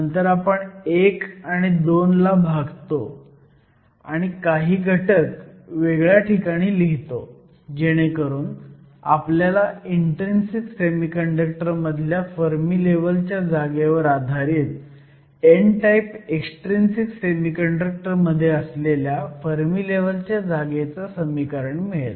नंतर आपण 1 आणि 2 ला भागतो आणि काही घटक वेगळ्या ठिकाणी लिहितो जेणेकरून आपल्याला इन्ट्रीन्सिक सेमीकंडक्टर मधल्या फर्मी लेव्हलच्या जागेवर आधारित n टाईप एक्सट्रिंसिक सेमीकंडक्टर मध्ये असलेल्या फर्मी लेव्हलच्या जागेचं समीकरण मिळेल